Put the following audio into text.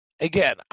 Again